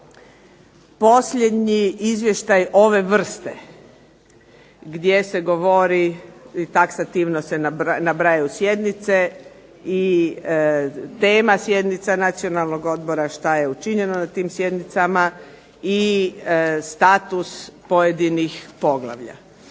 posljednji izvještaj ove vrste gdje se govori i taksativno se nabrajaju sjednice i tema sjednica Nacionalnog odbora, što je učinjeno na tim sjednicama i status pojedinih poglavlja.